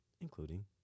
including